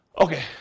Okay